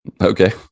Okay